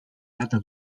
data